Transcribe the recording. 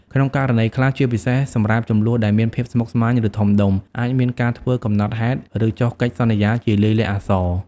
ក្នុងករណីខ្លះ ជាពិសេសសម្រាប់ជម្លោះដែលមានភាពស្មុគស្មាញ ឬធំដុំ អាចមានការធ្វើកំណត់ហេតុ ឬចុះកិច្ចសន្យាជាលាយលក្ខណ៍អក្សរ។